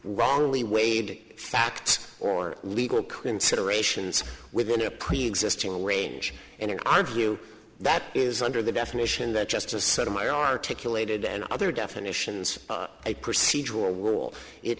wrongly weighed facts or legal considerations within a preexisting range and in our view that is under the definition that just sort of my articulated and other definitions a procedural rule it